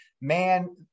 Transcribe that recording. Man